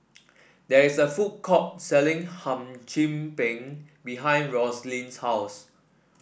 there is a food court selling Hum Chim Peng behind Rosalyn's house